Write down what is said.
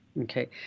Okay